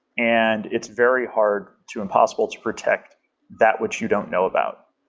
and it's very hard to impossible to protect that which you don't know about.